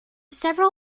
several